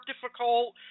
difficult